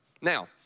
Now